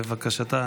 לבקשתה,